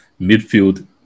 midfield